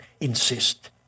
insist